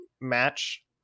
match